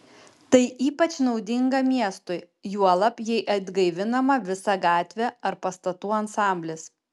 tai ypač naudinga miestui juolab jei atgaivinama visa gatvė ar pastatų ansamblis